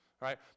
right